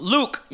Luke